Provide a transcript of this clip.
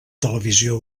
televisió